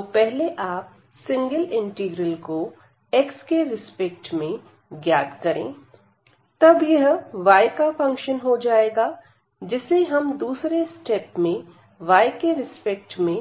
तो पहले आप सिंगल इंटीग्रल कोx के रिस्पेक्ट में ज्ञात करें तब यह y का फंक्शन हो जाएगा जिसे हम दूसरे स्टेप में y के रिस्पेक्ट में